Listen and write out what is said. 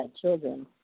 children